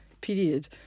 period